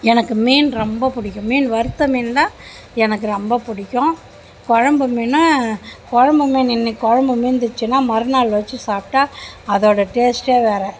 எனக்கு மீன் ரொம்ப பிடிக்கும் மீன் வறுத்த மீன் தான் எனக்கு ரொம்ப பிடிக்கும் குழம்பு மீன் குழம்பு மீன் இன்னிக்கு குழம்பு மீந்துச்சுன்னால் மறுநாள் வெச்சு சாப்பிட்டா அதோட டேஸ்ட்டே வேறு